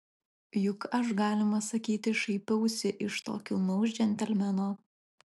juk aš galima sakyti šaipiausi iš to kilnaus džentelmeno